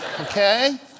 okay